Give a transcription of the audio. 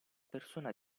persona